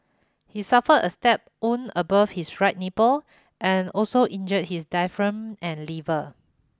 he suffered a stab wound above his right nipple and also injured his diaphragm and liver